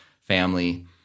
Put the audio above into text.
family